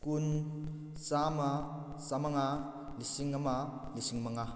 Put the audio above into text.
ꯀꯨꯟ ꯆꯥꯃ ꯆꯃꯉꯥ ꯂꯤꯁꯤꯡ ꯑꯃ ꯂꯤꯁꯤꯡ ꯃꯉꯥ